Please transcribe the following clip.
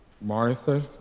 Martha